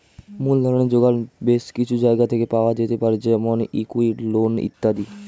মূলধনের জোগান বেশ কিছু জায়গা থেকে পাওয়া যেতে পারে যেমন ইক্যুইটি, লোন ইত্যাদি